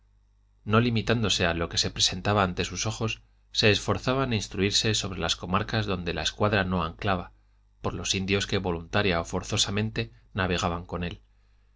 no limitándose a lo que se presentaba ante sus ojos se esforzaba en instruirse sobre las comarcas donde la escuadra no anclaba por los indios que voluntaria o forzosamente navegaban con él